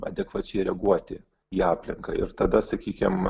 adekvačiai reaguoti į aplinką ir tada sakykim